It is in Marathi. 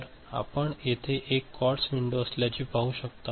तर आपण येथे एक क्वार्ट्ज विंडो असल्याचे पाहू शकता